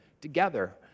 together